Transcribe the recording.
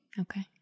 Okay